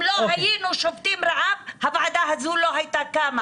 אם לא היינו שובתים רעב הוועדה הזו לא הייתה קמה,